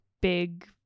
big